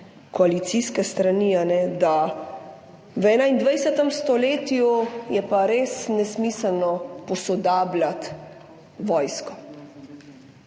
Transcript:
koalicijske strani, da v 21. stoletju je pa res nesmiselno posodabljati vojsko.